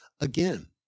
Again